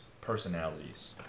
personalities